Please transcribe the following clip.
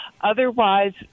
Otherwise